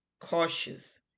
cautious